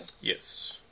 Yes